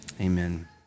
amen